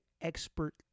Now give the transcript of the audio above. expert